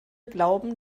glauben